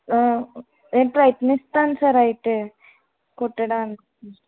నేను ప్రయత్నిస్తాను సర్ అయితే కుట్టడానికి